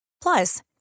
Plus